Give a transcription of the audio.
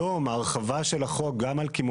כיום נותרו כ-3.